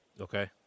Okay